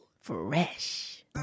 Fresh